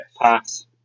Pass